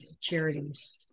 Charities